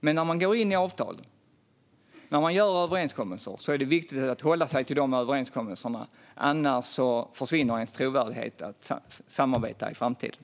Men när man ingår avtal och når överenskommelser är det viktigt att hålla sig till dem. Annars försvinner ens trovärdighet i framtida samarbeten.